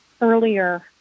earlier